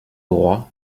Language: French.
droit